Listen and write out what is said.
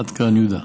עד כאן, יהודה.